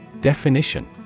Definition